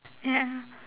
ya